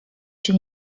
się